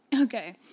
Okay